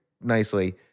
nicely